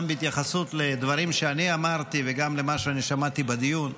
בהתייחסות גם לדברים שאני אמרתי וגם למה שאני שמעתי בדיון.